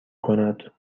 کند